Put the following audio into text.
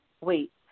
Wait